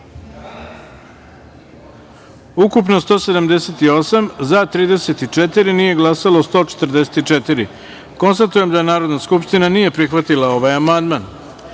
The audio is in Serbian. ukupno - 178, za – 34, nije glasalo – 144.Konstatujem da Narodna skupština nije prihvatila ovaj amandman. Pošto